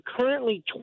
currently